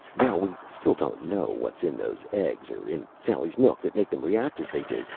now we still don't know what's in those eggs or in sally's milk that make them react as they do.